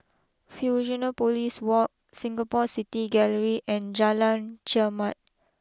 Fusionopolis walk Singapore City Gallery and Jalan Chermat